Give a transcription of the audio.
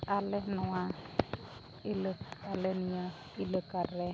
ᱟᱞᱮ ᱱᱚᱣᱟ ᱤᱞᱟᱹ ᱟᱞᱮ ᱱᱚᱣᱟ ᱤᱞᱟᱹᱠᱟ ᱨᱮ